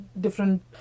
different